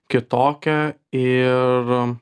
kitokia ir